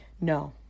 No